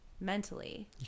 mentally